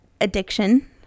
addiction